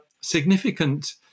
significant